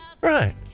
Right